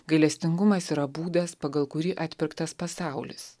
gailestingumas yra būdas pagal kurį atpirktas pasaulis